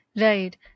Right